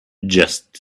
just